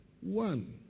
one